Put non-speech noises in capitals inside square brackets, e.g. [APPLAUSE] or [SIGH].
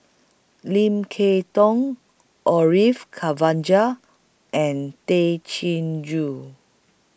Lim Kay Tong Orfeur [UNINTELLIGIBLE] and Tay Chin Joo